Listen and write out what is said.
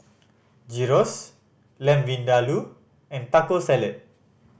Gyros Lamb Vindaloo and Taco Salad